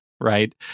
Right